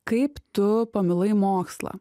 kaip tu pamilai mokslą